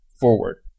forward